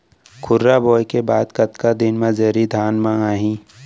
खुर्रा बोए के बाद कतका दिन म जरी धान म आही?